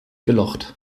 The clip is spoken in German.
gelocht